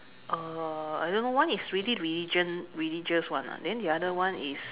uh I don't know one is really religion religious one lah then the other one is